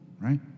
right